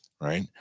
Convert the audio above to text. right